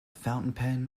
fountain